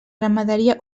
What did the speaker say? ramaderia